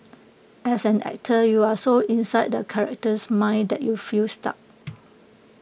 as an actor you are so inside the character's mind that you feel stuck